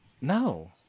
No